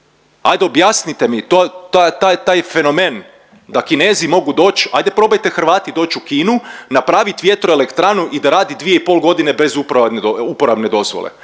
Ajde objasnite mi to, taj, taj, taj fenomen da Kinezi mogu doć, ajde probajte Hrvati doć u Kinu, napravit vjetroelektranu i da radi 2,5.g. bez uporabne dozvole